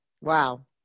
Wow